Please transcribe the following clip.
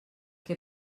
que